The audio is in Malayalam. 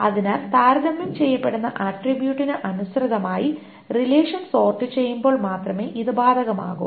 അതിനാൽ താരതമ്യം ചെയ്യപ്പെടുന്ന ആട്രിബ്യൂട്ടിന് അനുസൃതമായി റിലേഷൻ സോർട് ചെയ്യുമ്പോൾ മാത്രമേ ഇത് ബാധകമാകൂ